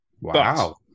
Wow